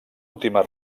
última